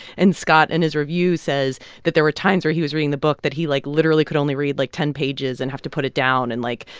and scott, in his review, says that there were times where he was reading the book that he, like, literally could only read like ten pages and have to put it down and, like,